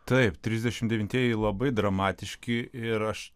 taip trisdešimt devintieji labai dramatiški ir aš